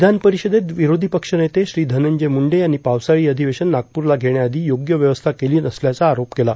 विधान परिषदेत विरोधी पक्षनेते श्री धनंजय म्रुंडे यांनी पावसाळी अधिवेशन नागप्रला घेण्याआधी योग्य व्यवस्था केली नसल्याचा आरोप केला